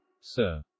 sir